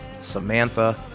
Samantha